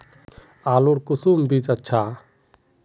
आलूर कुंसम बीज अच्छा?